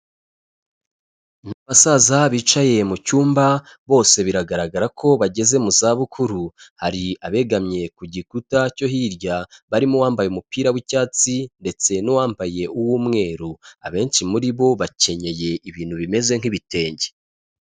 Ni abasaza bicaye mu cyumba, bose biragaragara ko bageze mu zabukuru, hari abegamye ku gikuta cyo hirya barimo uwambaye umupira w'icyatsi ndetse n'uwambaye uw'umweru, abenshi muri bo bakenyeye ibintu bimeze nk'ibitenge.